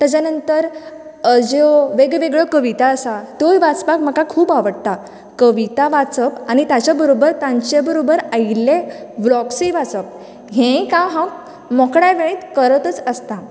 ताज्या नंतर हाज्यो वेगवेगळ्यो कविता आसा त्योय वाचपाक म्हाका खूब आवडटा कविता वाचप आनी ताजे बरोबर तांचे बरोबर आयिल्ले वृतांत ब्लॉग्सय वाचप हेंवूय काम हांव मोकड्या वेळेंत करतच आसता